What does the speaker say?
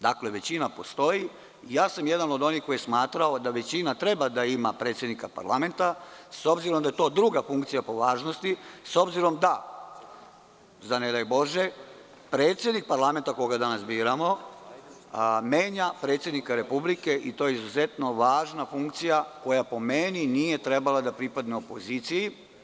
Dakle, većina postoji i jedan sam od onih koji je smatrao da većina treba da ima predsednika parlamenta, s obzirom da je to druga funkcija po važnosti, s obzirom da, ne daj Bože, predsednik parlamenta, koga danas biramo, menja predsednika Republike i to je izuzetno važna funkcija koja po meni nije trebala da pripadne opoziciji.